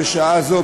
בשעה זו,